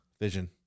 Vision